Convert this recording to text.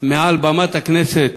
מעל במת הכנסת